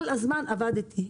כל הזמן עבדתי.